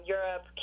Europe